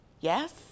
Yes